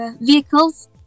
vehicles